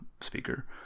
speaker